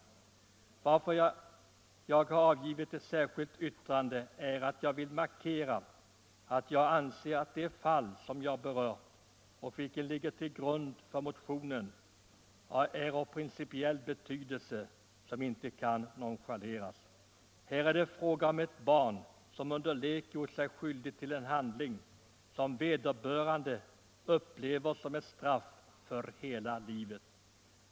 Anledningen till att jag har avgivit ett särskilt yttrande är att jag vill markera, att jag anser det fall som ligger till grund för motionen ha en principiell betydelse som inte kan nonchaleras. Här är det fråga om en person, vilken som barn under lek gjort sig skyldig till en handling som vederbörande upplever som ett straff för hela livet.